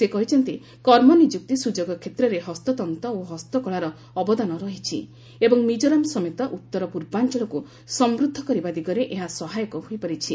ସେ କହିଛନ୍ତି କର୍ମନିଯୁକ୍ତି ସୁଯୋଗ କ୍ଷେତ୍ରରେ ହସ୍ତତ୍ତ ଓ ହସ୍ତକଳାର ଅବଦାନ ରହିଛି ଏବଂ ମିଜୋରାମ୍ ସମେତ ଉତ୍ତର ପୂର୍ବାଞ୍ଚଳକୁ ସମୃଦ୍ଧ କରିବା ଦିଗରେ ଏହା ସହାୟକ ହୋଇପାରିଛି